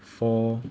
four